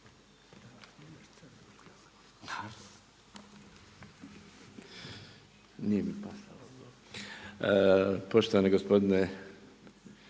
Poštovani gospodine